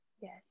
Yes